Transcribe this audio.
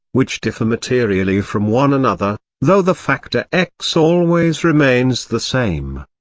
which differ materially from one another, though the factor x always remains the same.